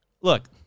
Look